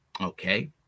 okay